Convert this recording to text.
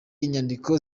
inyandiko